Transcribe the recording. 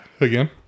again